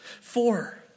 Four